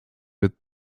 with